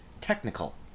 Technical